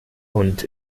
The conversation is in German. und